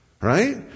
Right